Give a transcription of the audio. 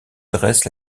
dresse